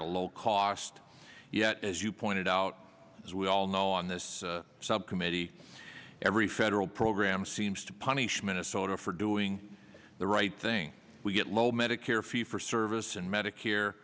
and low cost yet as you pointed out as we all know on this subcommittee every federal program seems to punish minnesota for doing the right thing we get low medicare fee for service and medicare